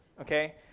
Okay